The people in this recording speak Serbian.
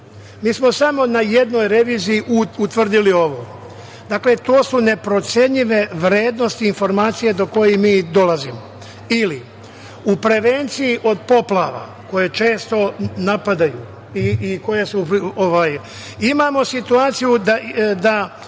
Mi smo samo na jednoj reviziji utvrdili ovo. Dakle, to su neprocenjive vrednosti informacija do kojih mi dolazimo. U prevenciji od poplava koje često napadaju imamo situaciju da